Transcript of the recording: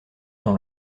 dans